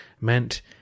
meant